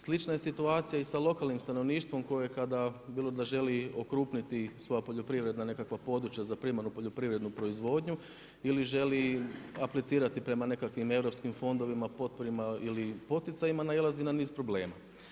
Slična je situacija i sa lokalnim stanovništvo koje kada bilo da želi okrupniti svoja poljoprivredna nekakva područja za primarnu poljoprivrednu proizvodnju ili želi aplicirati prema nekakvim europskim fondovima, potporama ili poticajima nailazi na niz problema.